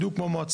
בדיוק כמו מועצה.